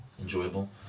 enjoyable